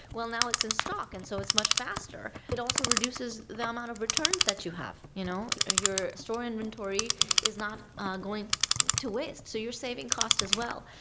well, now it's in stock, and so it's much faster. it also reduces the amount of returns that you have. you know your store inventory is not going to waste. so you're saving cost as well.